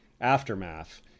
aftermath